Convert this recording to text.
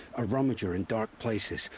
a rummager in dark places.